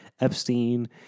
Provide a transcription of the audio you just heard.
Epstein